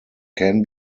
can